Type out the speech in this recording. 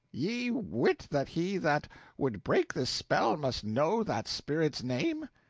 ye wit that he that would break this spell must know that spirit's name?